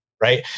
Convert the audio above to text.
Right